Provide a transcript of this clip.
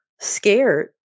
scared